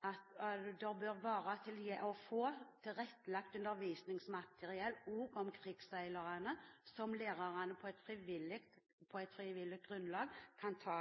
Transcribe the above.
å få tilrettelagt undervisningsmateriell også om krigsseilerne, som lærerne på frivillig grunnlag kan ta